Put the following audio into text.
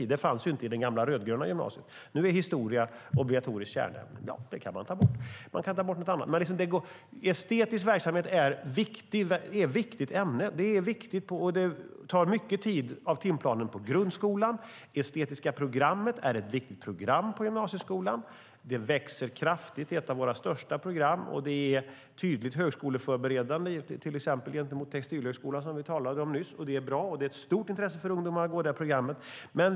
Så var det inte i det gamla rödgröna gymnasiet, men nu är historia obligatoriskt kärnämne. Men det eller något annat kan man ju ta bort. Estetisk verksamhet är viktig och tar mycket tid av timplanen på grundskolan. Det estetiska programmet är ett viktigt program i gymnasieskolan. Det växer kraftigt och är ett av våra största program. Det är dessutom tydligt högskoleförberedande, till exempel till Textilhögskolan som vi talade om nyss, och intresset hos ungdomar att gå detta program är stort.